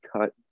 cut